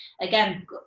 again